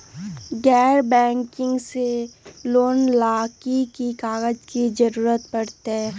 गैर बैंकिंग से लोन ला की की कागज के जरूरत पड़तै?